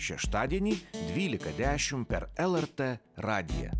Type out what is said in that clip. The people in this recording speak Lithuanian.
šeštadienį dvylika dešim per lrt radiją